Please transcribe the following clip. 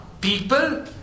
people